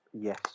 Yes